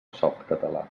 softcatalà